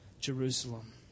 Jerusalem